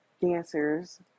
dancers